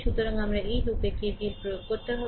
সুতরাং আমাকে এই লুপে KVL প্রয়োগ করতে হবে